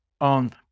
on